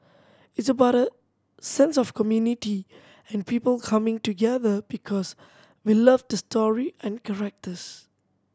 it's about a sense of community and people coming together because we love the story and characters